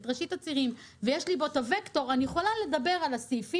את ראשית הצירים ויש לי בו את הווקטור אני יכולה לדבר על הסעיפים,